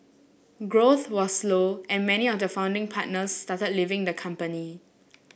growth was slow and many of the founding partners started leaving the company